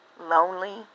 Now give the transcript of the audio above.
Lonely